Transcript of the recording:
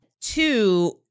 Two